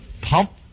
pump